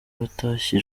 batashye